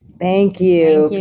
thank you.